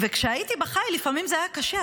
וכשהייתי בחיל לפעמים זה היה קשה,